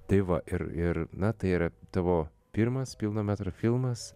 tai va ir ir na tai yra tavo pirmas pilno metro filmas